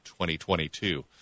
2022